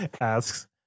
asks